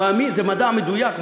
זה מדע מדויק,